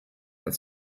als